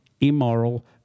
immoral